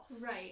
right